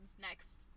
next